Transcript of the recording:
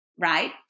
right